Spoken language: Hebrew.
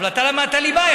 אבל אתה למדת ליבה,